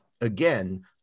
again